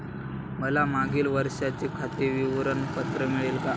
मला मागील वर्षाचे खाते विवरण पत्र मिळेल का?